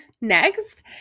next